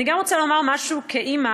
אני גם רוצה לומר משהו כאימא,